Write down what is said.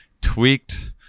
tweaked